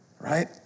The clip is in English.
right